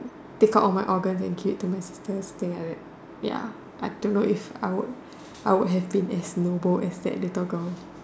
take out all my organs and give it to my sister something like that ya I don't know if I would I would have been as noble as that little girl